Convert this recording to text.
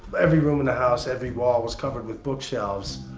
every room in the house, every wall, was covered with bookshelves.